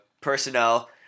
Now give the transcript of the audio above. personnel –